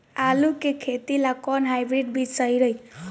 आलू के खेती ला कोवन हाइब्रिड बीज सही रही?